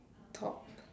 top